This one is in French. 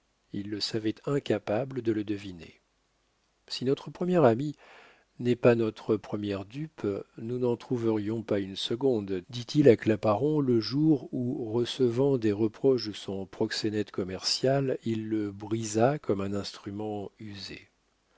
il le savait incapable de le deviner si notre premier ami n'est pas notre première dupe nous n'en trouverions pas une seconde dit-il à claparon le jour où recevant des reproches de son proxénète commercial il le brisa comme un instrument usé